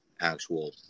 actual